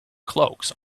cloaks